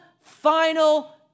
final